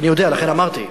אני יודע, לכן אמרתי.